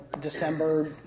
December